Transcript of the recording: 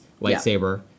lightsaber